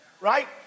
Right